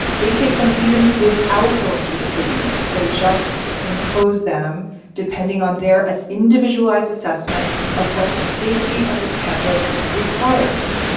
they take them even without going through the tribunals. they just impose them depending on their ah individualized assessment of what the safety of the campus requires.